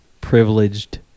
privileged